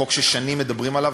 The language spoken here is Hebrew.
חוק ששנים מדברים עליו,